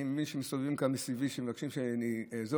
אני מבין שמסתובבים כאן מסביבי ומבקשים שזהו,